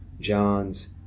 John's